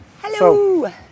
hello